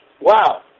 Wow